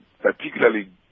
particularly